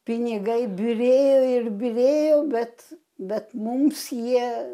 pinigai byrėjo ir byrėjo bet bet mums jie